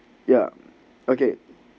ya okay